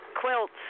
quilts